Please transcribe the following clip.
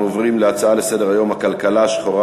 אנחנו עוברים להצעות לסדר-היום: הכלכלה השחורה